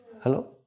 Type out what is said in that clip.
Hello